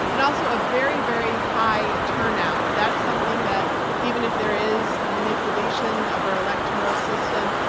and also a very, very high turnout. that's something that even if there is manipulation of our electoral system,